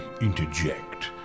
interject